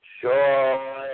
Sure